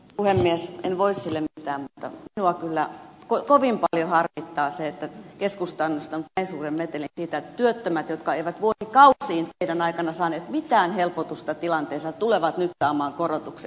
en voi sille mitään mutta minua kyllä kovin paljon harmittaa se että keskusta on nostanut näin suuren metelin siitä että työttömät jotka eivät vuosikausiin teidän aikananne saaneet mitään helpotusta tilanteeseensa tulevat nyt saamaan korotuksen